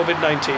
COVID-19